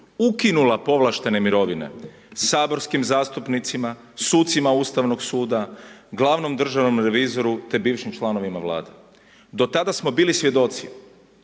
ukinula povlaštene mirovine saborskim zastupnicima, sucima Ustavnog suda, glavnom državnom revizoru, te bivšim članovima Vlade. Do tada smo bili svjedoci